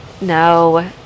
No